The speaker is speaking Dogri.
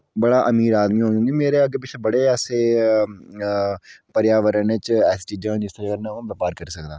बड़ा अमीर आदमी होङ कि मेरे अग्गैं पिच्छें बड़े ऐसे पर्यावरण च ऐसी चीजां न जिसदे कन्नै अ'ऊं व्यपार करी सकदा